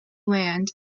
land